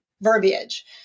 verbiage